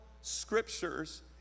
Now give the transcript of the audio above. scriptures